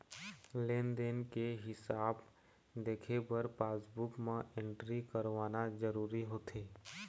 लेन देन के हिसाब देखे बर पासबूक म एंटरी करवाना जरूरी होथे